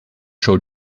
show